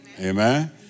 Amen